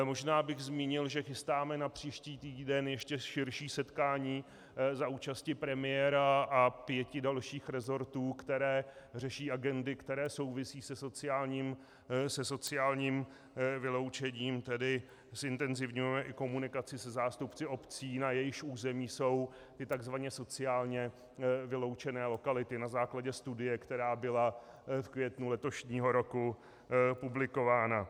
Možná bych zmínil, že chystáme na příští týden ještě širší setkání za účasti premiéra a pěti dalších resortů, které řeší agendy, které souvisí se sociálním vyloučením, tedy zintenzivňujeme i komunikaci se zástupci obcí, na jejichž území jsou ty takzvaně sociálně vyloučené lokality, na základě studie, která byla v květnu letošního roku publikována.